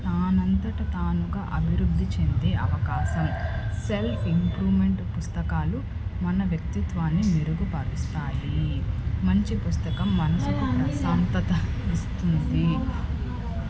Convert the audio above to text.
తానంతట తానుగా అభివృద్ధి చెందే అవకాశం సెల్ఫ్ ఇంప్రూవ్మెంట్ పుస్తకాలు మన వ్యక్తిత్వాన్ని మెరుగుపరుస్తాయి మంచి పుస్తకం మనసుకు ప్రశాంతత ఇస్తుంది